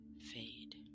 fade